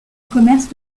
commerce